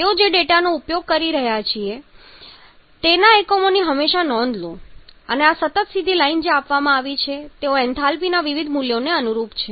તેઓ જે ડેટાનો ઉપયોગ કરી રહ્યાં છે તેના એકમોની હંમેશા નોંધ લો અને આ સતત સીધી લાઈન જે આપવામાં આવી છે તેઓ એન્થાલ્પીના વિવિધ મૂલ્યને અનુરૂપ છે